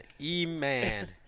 E-man